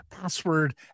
password